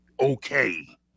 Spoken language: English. okay